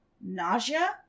nausea